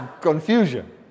confusion